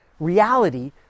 Reality